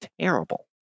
terrible